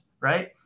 Right